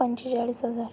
पंचेचाळीस हजार